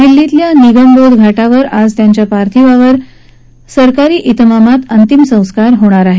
दिल्लीतल्या निगमबोध घाटावर आज त्यांच्या पार्थिवावर सरकारी इतमामात अंत्यसंस्कार केले जाणार आहेत